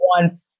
one